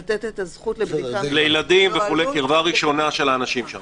אני לוקח את זה ומבקש גם את סליחת החברים,